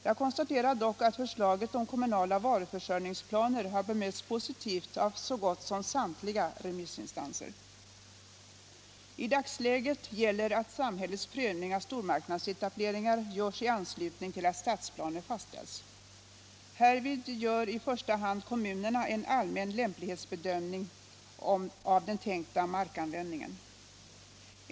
Jag konstaterar dock att förslaget om kommunala varuförsörjningsplaner har bemötts positivt av så gott som samtliga remissinstanser. I dagsläget gäller att samhällets prövning av stormarknadsetableringar görs i anslutning till att stadsplaner fastställs. Härvid gör i första hand kommunerna en allmän lämplighetsbedömning av den tänkta markanvändningen.